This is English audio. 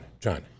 John